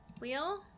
Wheel